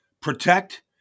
protect